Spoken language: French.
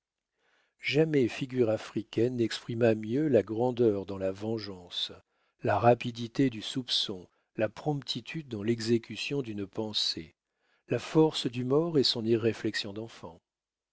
jamais figure africaine n'exprima mieux la grandeur dans la vengeance la rapidité du soupçon la promptitude dans l'exécution d'une pensée la force du maure et son irréflexion d'enfant